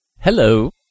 Hello